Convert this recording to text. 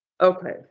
Okay